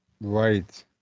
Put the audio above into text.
right